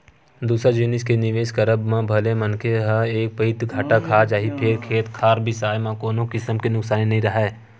दूसर जिनिस के निवेस करब म भले मनखे ह एक पइत घाटा खा जाही फेर खेत खार बिसाए म कोनो किसम के नुकसानी नइ राहय